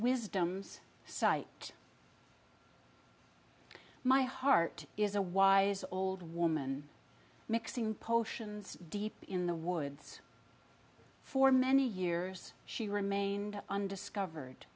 wisdoms sight my heart is a wise old woman mixing potions deep in the woods for many years she remained undiscovered